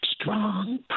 strong